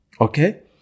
Okay